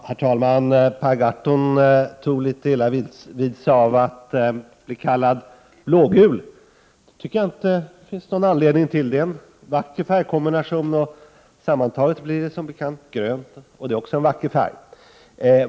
Herr talman! Per Gahrton toglitet illa vid sig av att bli kallad ”blågul”. Det finns inte någon anledning att ta illa upp — det är en vacker färgkombination. Sammantaget blir det som bekant grönt, som också är en vacker färg.